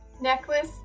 Necklace